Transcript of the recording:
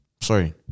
Sorry